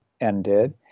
ended